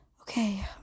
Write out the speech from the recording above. okay